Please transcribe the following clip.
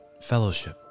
fellowship